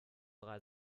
drei